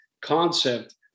concept